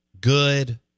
good